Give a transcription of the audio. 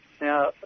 Now